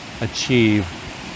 achieve